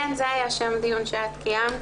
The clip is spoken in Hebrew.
כן, זה היה השם של הדיון שאת קיימת,